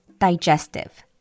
digestive